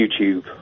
YouTube